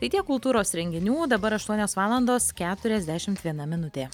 tai tiek kultūros renginių dabar aštuonios valandos keturiasdešimt viena minutė